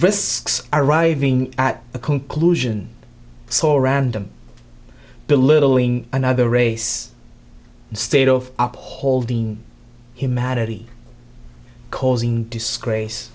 risks arriving at a conclusion saw random belittling another race instead of up holding humanity causing disgrace